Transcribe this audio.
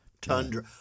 Tundra